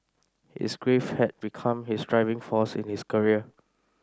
his grief had become his driving force in his career